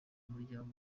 muryango